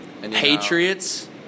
Patriots